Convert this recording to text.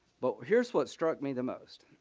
but here's what struck me the most.